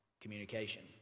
communication